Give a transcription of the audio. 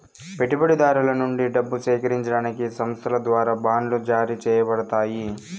పెట్టుబడిదారుల నుండి డబ్బు సేకరించడానికి సంస్థల ద్వారా బాండ్లు జారీ చేయబడతాయి